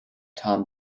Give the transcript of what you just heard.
tom